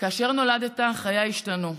כאשר נולדת חיי השתנו.